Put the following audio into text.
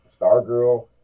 Stargirl